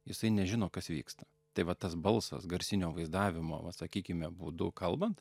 jisai nežino kas vyksta tai va tas balsas garsinio vaizdavimo va sakykime būdu kalbant